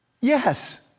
Yes